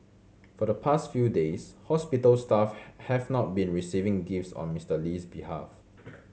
for the past few days hospital staff have not been receiving gifts on Mister Lee's behalf